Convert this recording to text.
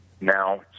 Now